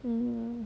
mm